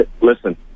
Listen